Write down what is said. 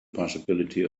possibility